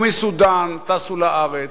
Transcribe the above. ומסודן טסו לארץ.